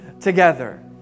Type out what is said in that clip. together